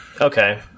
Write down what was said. Okay